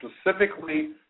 specifically